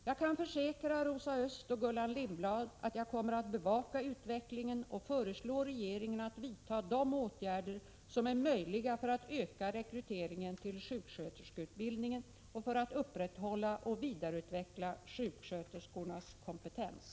Jag kan försäkra Rosa Östh och Gullan Lindblad att jag kommer att bevaka utvecklingen och föreslå regeringen att vidta de åtgärder som är möjliga för att öka rekryteringen till sjuksköterskeutbildningen och för att upprätthålla och vidareutveckla sjuksköterskornas kompetens.